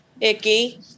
icky